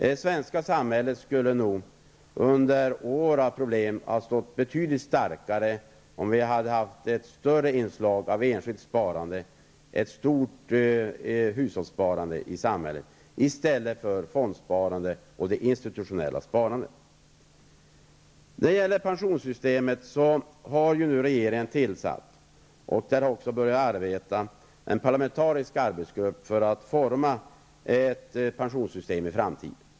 Det svenska samhället skulle nog ha stått betydligt starkare under år av problem om vi hade haft ett större inslag av enskilt sparande och ett stort hushållssparande i samhället i stället för fondsparande och det institutionella sparandet. När det gäller pensionssystemet har regeringen nu tillsatt en parlamentarisk arbetsgrupp, som också har börjat arbeta, för att forma ett pensionssystem i framtiden.